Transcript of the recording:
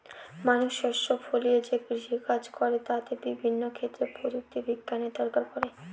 মানুষ শস্য ফলিয়ে যে কৃষিকাজ করে তাতে বিভিন্ন ক্ষেত্রে প্রযুক্তি বিজ্ঞানের দরকার পড়ে